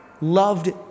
loved